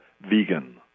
vegan